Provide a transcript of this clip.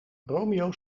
romeo